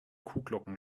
kuhglocken